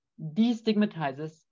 destigmatizes